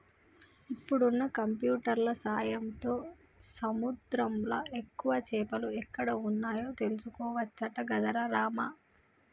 ఇప్పుడున్న కంప్యూటర్ల సాయంతో సముద్రంలా ఎక్కువ చేపలు ఎక్కడ వున్నాయో తెలుసుకోవచ్చట గదరా రామా